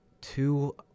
two